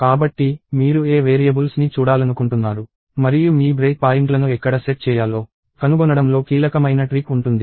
కాబట్టి మీరు ఏ వేరియబుల్స్ ని చూడాలనుకుంటున్నారు మరియు మీ బ్రేక్ పాయింట్లను ఎక్కడ సెట్ చేయాలో కనుగొనడంలో కీలకమైన ట్రిక్ ఉంటుంది